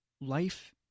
life